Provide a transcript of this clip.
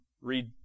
read